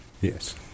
Yes